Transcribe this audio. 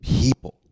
people